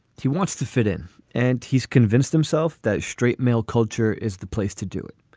he wants to fit in. and he's convinced himself that straight male culture is the place to do it.